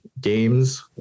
games